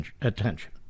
attention